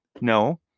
no